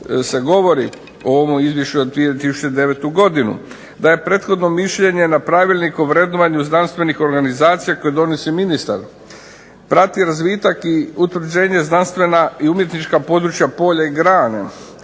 se govori u ovom Izvješću za 2009. godinu. DA je prethodno mišljenje na Pravilnik o vrednovanju znanstvenih organizacija koje donosi ministar, prati razvitak i utvrđenje znanstvena, umjetnička područja, polja i grane.